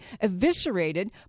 eviscerated